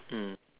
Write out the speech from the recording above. mm